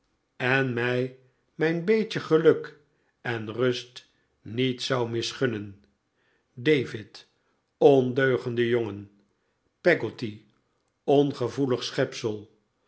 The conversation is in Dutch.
zich gelden mijn beetje geluk en rust niet zou misgunf'nen david ondeugende jongen peggotty